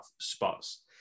spots